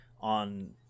on